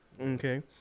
Okay